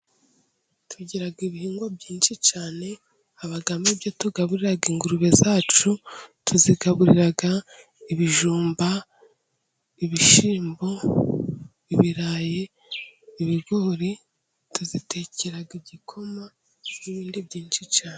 Tugira ibihingwa byinshi cyane habamo ibyo tugaburira ingurube zacu tuzigaburira ibijumba, ibishyimbo, ibirayi, ibigori. Tuzitekera igikoma n'ibindi byinshi cyane.